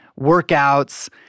workouts